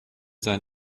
sein